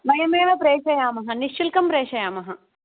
वयमेव प्रेषयामः निःशुल्कं प्रेषयामः